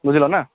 ବୁଝିଲନା